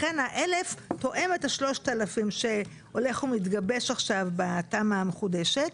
לכן ה-1,000 תואם את ה-3,000 שהולך ומתגבש עכשיו בתמ"א המחודשת,